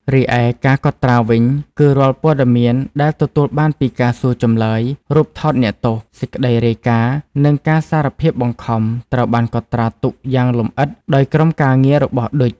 រីឯ ការកត់ត្រាវិញ គឺរាល់ព័ត៌មានដែលទទួលបានពីការសួរចម្លើយ រូបថតអ្នកទោស សេចក្តីរាយការណ៍ និងការសារភាពបង្ខំ ត្រូវបានកត់ត្រាទុកយ៉ាងលម្អិតដោយក្រុមការងាររបស់ឌុច។